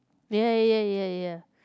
ya ya ya ya